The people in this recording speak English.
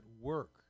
work